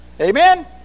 Amen